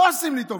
לא עושים לי טובה.